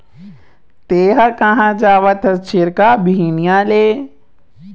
तेंहा कहाँ जावत हस छेरका, बिहनिया ले?